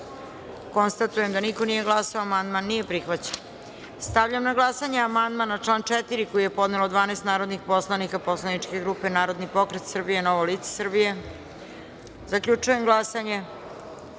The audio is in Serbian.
glasanje. Konstatujem da niko nije glasao. Amandman nije prihvaćen. Stavljam na glasanje amandman na član 4. koji je podnelo 12 narodnih poslanika poslaničke grupe Narodni pokret Srbije - Novo lice Srbije. Zaključujem